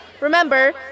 Remember